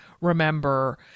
remember